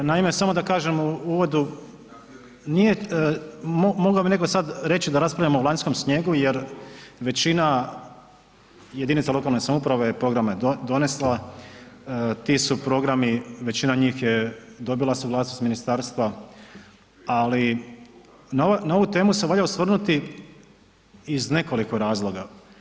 Naime, samo da kažem u uvodu, mogao bi sad netko reći da raspravljamo o lanjskom snijegu jer većina jedinica lokalne samouprave programe je donesla, ti su programi, većina njih je dobila suglasnost ministarstva ali na ovu temu se valja osvrnuti iz nekoliko razloga.